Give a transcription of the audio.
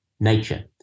Nature